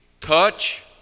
touch